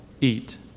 eat